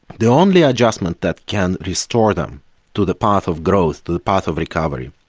the only adjustment that can restore them to the path of growth, the path of recovery,